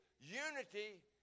Unity